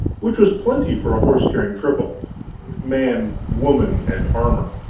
which was plenty for a horse carrying triple man, woman, and armor